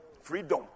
Freedom